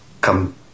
come